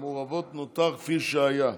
המעורבות נותר כפי שהיה,